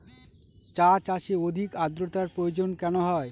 চা চাষে অধিক আদ্রর্তার প্রয়োজন কেন হয়?